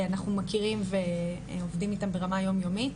אנחנו מכירים ועובדים איתם ברמה יום יומית.